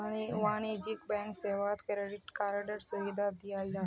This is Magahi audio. वाणिज्यिक बैंक सेवात क्रेडिट कार्डएर सुविधा दियाल जाहा